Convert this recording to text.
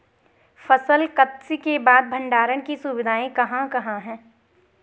फसल कत्सी के बाद भंडारण की सुविधाएं कहाँ कहाँ हैं?